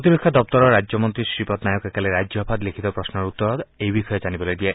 প্ৰতিৰক্ষা দপ্তৰৰ ৰাজ্যমন্ত্ৰী শ্ৰীপদ নায়কে কালি ৰাজ্যসভাত লিখিত প্ৰশ্নৰ উত্তৰত এই বিষয়ে জানিবলৈ দিয়ে